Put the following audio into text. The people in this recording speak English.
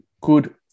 good